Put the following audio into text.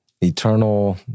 eternal